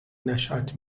نشات